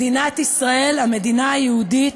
מדינת ישראל, המדינה היהודית,